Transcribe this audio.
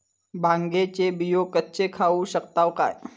भांगे चे बियो कच्चे खाऊ शकताव काय?